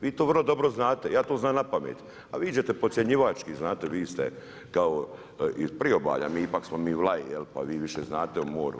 Vi to vrlo dobro znate, ja to znam na pamet a vi ćete podcjenjivački, znate vi ste kao iz priobalja, mi ipak smo mi Vlaji, pa vi više znate o moru.